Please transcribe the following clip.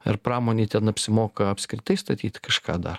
ar pramonei ten apsimoka apskritai statyt kažką dar